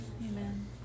Amen